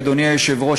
אדוני היושב-ראש,